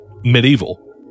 Medieval